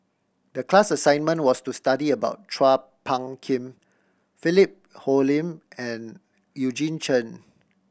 the class assignment was to study about Chua Phung Kim Philip Hoalim and Eugene Chen